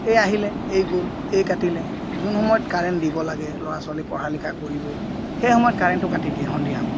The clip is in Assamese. এই আহিলে এই গ'ল এই কাটিলে যোন সময়ত কাৰেণ্ট দিব লাগে ল'ৰা ছোৱালী পঢ়া লিখা কৰিব সেই সময়ত কাৰেণ্টটো কাটি দিয়ে সন্ধিয়া সময়ত